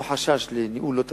או חשש לניהול לא תקין,